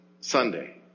Sunday